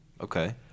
Okay